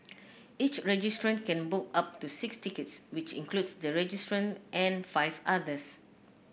each registrant can book up to six tickets which includes the registrant and five others